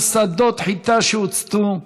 על שדות חיטה שהוצתו,